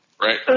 right